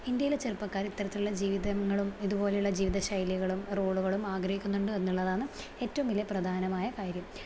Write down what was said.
ഇന്ത്യയില് ചെറുപ്പക്കാരിൽ ഇത്തരത്തിലുള്ള ജീവിതങ്ങളും ഇതുപോലുള്ള ജീവിതശൈലികളും റോളുകളും ആഗ്രഹിക്കുന്നുണ്ട് എന്നുള്ളതാണ് ഏറ്റവും വലിയ പ്രധാനമായ കാര്യം